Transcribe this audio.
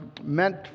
meant